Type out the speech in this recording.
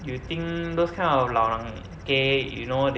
you think those kind of lao lang gei you know they know how to use iphone or not